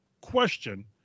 question